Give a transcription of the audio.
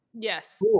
Yes